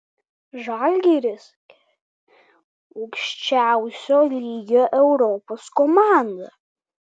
žalgiris aukščiausio lygio europos komanda